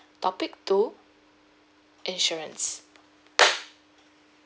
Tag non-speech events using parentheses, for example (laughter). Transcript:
topic two insurance (noise)